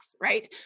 Right